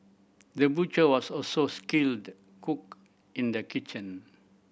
the butcher was also skilled cook in the kitchen